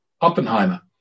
Oppenheimer